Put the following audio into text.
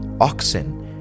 oxen